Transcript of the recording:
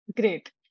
Great